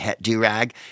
do-rag